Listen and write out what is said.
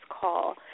call